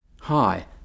Hi